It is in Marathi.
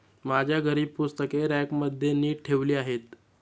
माझ्या घरी पुस्तके रॅकमध्ये नीट ठेवली आहेत